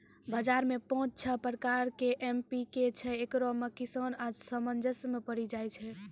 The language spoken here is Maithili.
बाजार मे पाँच छह प्रकार के एम.पी.के छैय, इकरो मे किसान असमंजस मे पड़ी जाय छैय?